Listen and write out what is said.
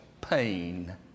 pain